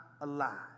alive